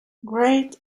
great